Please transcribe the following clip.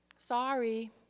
Sorry